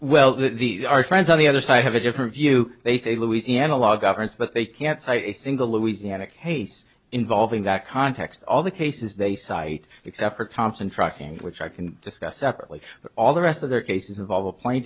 well these are friends on the other side have a different view they say louisiana law governs but they can't cite a single louisiana case involving that context all the cases they cite except for thompson trucking which i can discuss separately but all the rest of their cases involve a pla